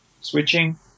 Switching